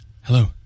Hello